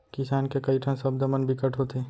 किसान के कइ ठन सब्द मन बिकट होथे